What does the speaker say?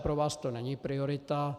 Pro vás to není priorita.